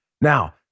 Now